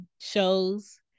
shows